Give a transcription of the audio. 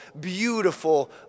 beautiful